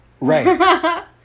Right